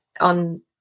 on